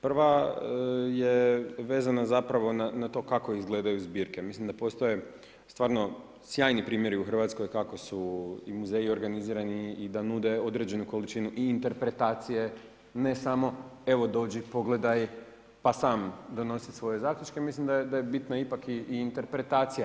Prva je vezana zapravo na to kako izgledaju zbirke, mislim da postoje stvarno sjajni primjeri u Hrvatskoj kako su i muzeji organizirani i da nude određenu količinu interpretacije, ne samo evo dođi, pogledaj, pa sam donosi svoje zaključke, mislim da je ipak bitna i interpretacija.